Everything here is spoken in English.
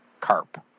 carp